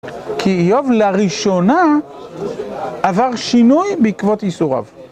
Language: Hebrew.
כי איוב לראשונה עבר שינוי בעקבות יסוריו.